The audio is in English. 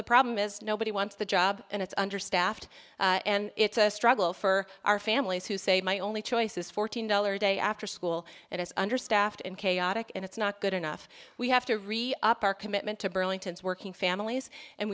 the problem is nobody wants the job and it's understaffed and it's a struggle for our families who say my only choice is fourteen dollars a day after school and it's understaffed and chaotic and it's not good enough we have to re up our commitment to burlington's working families and